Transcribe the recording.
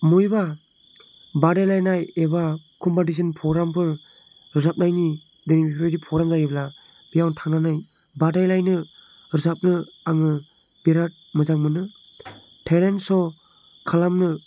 बबेबा बादायलायनाय एबा कम्पिटिसन पग्रामफोर रोजाबनायनि बेफोरबायदि पग्राम जायोब्ला बेयावनो थांनानै बादायलायनो रोजाबनो आङो बेराद मोजां मोनो टेलेन्ट श' खालामनो